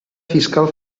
fiscal